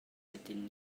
ydyn